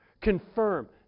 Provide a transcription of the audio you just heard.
confirm